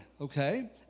okay